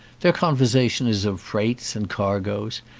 their conversation is of freights and cargoes.